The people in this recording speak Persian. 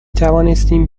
توانستیم